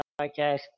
podcast